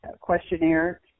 questionnaire